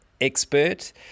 expert